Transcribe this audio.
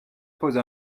pose